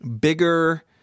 bigger